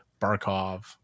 Barkov